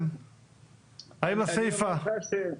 אני חושב שכן.